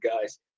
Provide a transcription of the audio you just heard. guys